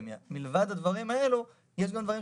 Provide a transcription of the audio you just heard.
זאת,